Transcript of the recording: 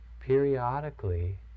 periodically